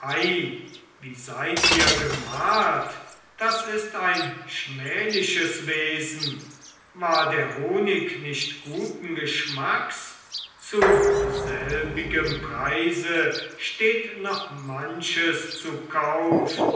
ei wie seid ihr gemalt das ist ein schmähliches wesen war der honig nicht guten geschmacks zu selbigem preise steht noch manches zu kauf